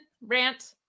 rant